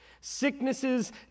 Sicknesses